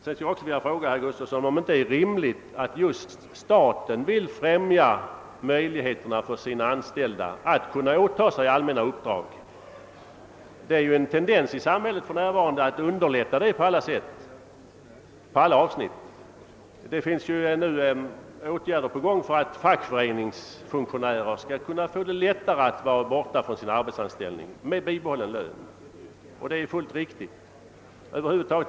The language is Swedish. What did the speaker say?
Sedan vill jag fråga herr Gustavsson om han inte tycker att det är rimligt att just staten vill främja möjligheterna för sina anställda att åta sig allmänna uppdrag. Det är ju en tendens i samhället för närvarande att på alla sätt underlätta för människorna att åtaga sig sådana uppdrag. Man håller nu på att vidtaga åtgärder för att göra det lättare för fackföreningsfunktionärer att med bibehållen lön vara borta från sina anställningar. Och det är ju fullt riktigt.